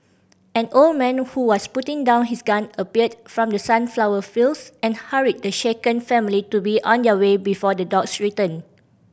an old man who was putting down his gun appeared from the sunflower fields and hurried the shaken family to be on their way before the dogs return